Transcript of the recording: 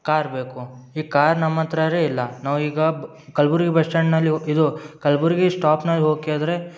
car ಬೇಕು ಈ car ನಮ್ಮ ಹತ್ರ ಇಲ್ಲ ನಾವೀಗ ಬ್ ಕಲ್ಬುರ್ಗಿ ಬಸ್ ಸ್ಟ್ಯಾಂಡ್ನಲ್ ಹೊ ಇದು ಕಲ್ಬುರ್ಗಿ ಸ್ಟಾಪ್ನಲ್ಲಿ ಹೋಗಿ ಕೇಳಿದ್ರೆ